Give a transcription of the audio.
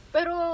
Pero